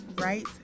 right